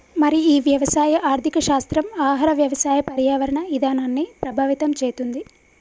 మరి ఈ వ్యవసాయ ఆర్థిక శాస్త్రం ఆహార వ్యవసాయ పర్యావరణ ఇధానాన్ని ప్రభావితం చేతుంది